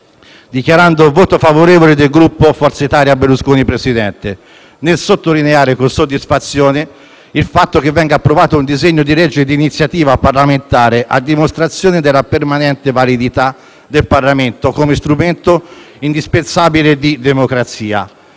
Dichiaro pertanto il voto favorevole del Gruppo Forza Italia-Berlusconi Presidente e sottolineo con soddisfazione il fatto che venga approvato un disegno di legge di iniziativa parlamentare, a dimostrazione della permanente validità del Parlamento quale strumento indispensabile di democrazia.